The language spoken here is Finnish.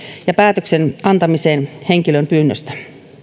ja päätöksen antamisesta henkilön pyynnöstä